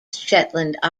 shetland